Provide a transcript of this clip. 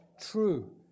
true